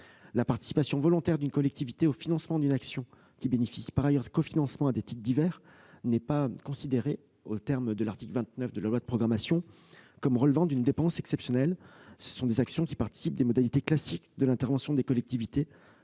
La participation volontaire d'une collectivité au financement d'une action qui bénéficie par ailleurs de cofinancements à des titres divers ne peut être considérée, aux termes de l'article 29 de la loi de programmation, comme relevant d'une dépense exceptionnelle. Ces actions qui participent des modalités classiques d'intervention des collectivités